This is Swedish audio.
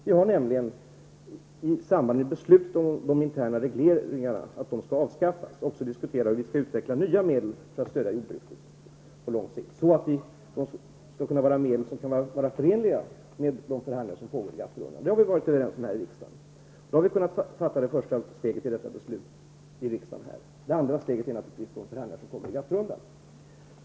Vi har nämligen i samband med beslutet om att de interna regleringarna skall avskaffas också diskuterat hur vi skall utveckla nya medel för att stödja jordbruket på lång sikt, medel som skall kunna vara förenliga med de förhandlingar som pågår i GATT-rundan. Det har vi varit överens om här i riksdagen. Nu har vi här i riksdagen kunnat ta det första steget i detta beslut. Det andra steget är naturligtvis de förhandlingar som pågår i GATT-rundan.